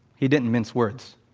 he didn't mince words.